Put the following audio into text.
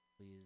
please